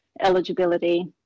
eligibility